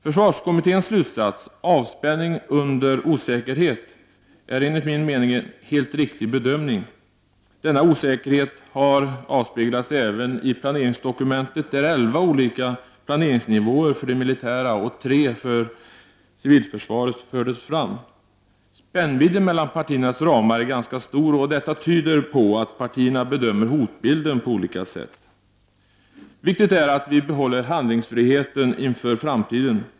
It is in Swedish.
Försvarskommitténs slutsats, ”avspänning under osäkerhet”, är enligt min mening en helt riktig bedömning. Denna osäkerhet avspeglas även i planeringsdokumentet där elva olika planeringsnivåer för det militära försvaret och tre för civilförsvaret fördes fram. Spännvidden mellan partiernas ramar är ganska stor och detta tyder på att partierna bedömer hotbilden på olika sätt. Viktigt är att vi behåller handlingsfriheten inför framtiden.